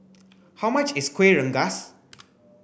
how much is Kueh Rengas